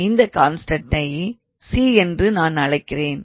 இந்த கான்ஸ்டண்டை C என்று நான் அழைக்கிறேன்